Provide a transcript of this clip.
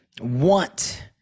want